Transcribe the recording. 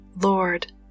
Lord